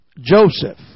Joseph